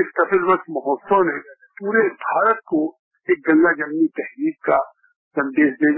इस कपिलवस्तु महोत्सव ने पूरे भारत को इस गंगा जमुनी तहजीब का संदेश देगा